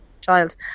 child